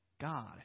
God